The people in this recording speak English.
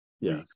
Yes